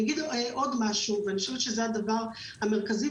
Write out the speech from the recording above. אגיד עוד דבר ואני חושבת שזה הדבר המרכזי,